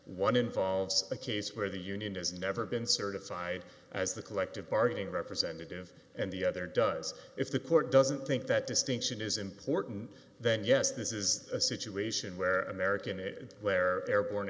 one involves a case where the union has never been certified as the collective bargaining representative and the other does if the court doesn't think that distinction is important then yes this is a situation where american where airborne